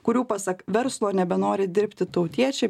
kurių pasak verslo nebenori dirbti tautiečiai